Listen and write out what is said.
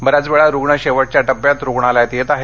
बऱ्याचवेळा रुग्ण शेवटच्या टप्प्यात रुग्णालयात येत आहेत